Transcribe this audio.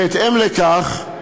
בהתאם לכך,